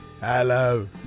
Hello